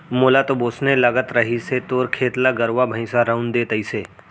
मोला तो वोसने लगत रहिस हे तोर खेत ल गरुवा भइंसा रउंद दे तइसे